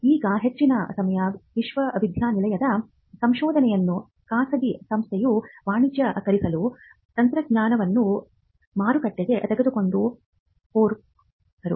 ಈಗ ಹೆಚ್ಚಿನ ಸಮಯ ವಿಶ್ವವಿದ್ಯಾನಿಲಯದ ಸಂಶೋಧನೆಯನ್ನು ಖಾಸಗಿ ಸಂಸ್ಥೆಯು ವಾಣಿಜ್ಯೀಕರಣಗೊಳಿಸಲು ತಂತ್ರಜ್ಞಾನವನ್ನು ಮಾರುಕಟ್ಟೆಗೆ ತೆಗೆದುಕೊಂಡು ಹೋದರು